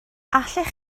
allech